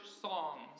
songs